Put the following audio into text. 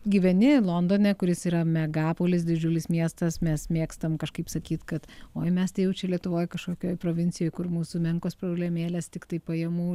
gyveni londone kuris yra megalopolis didžiulis miestas mes mėgstam kažkaip sakyt kad oi mes tai jau čia lietuvoj kažkokioj provincijoj kur mūsų menkos problemėlės tiktai pajamų